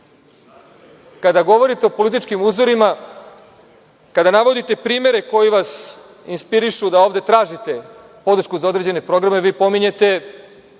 Kada govorite o političkim uzorima, kada navodite primere koji vas inspirišu da ovde tražite podršku za određene programe, vi pominjete